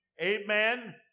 Amen